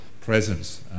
presence